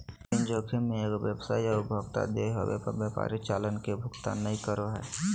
ऋण जोखिम मे एगो व्यवसाय या उपभोक्ता देय होवे पर व्यापारी चालान के भुगतान नय करो हय